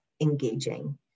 engaging